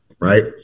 right